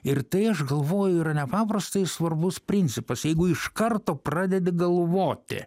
ir tai aš galvoju yra nepaprastai svarbus principas jeigu iš karto pradedi galvoti